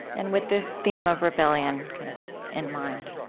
and with this theme of rebellion kind of in mind